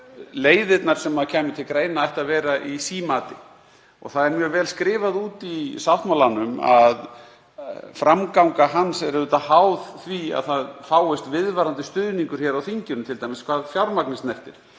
leiðirnar sem kæmu til greina ættu að vera í símati. Það er mjög vel skrifað út í sáttmálanum að framganga hans er auðvitað háð því að það fáist viðvarandi stuðningur hér á þinginu, t.d. hvað fjármagnið snertir.